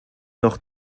noch